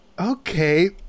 Okay